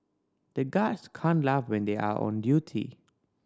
the guards can't laugh when they are on duty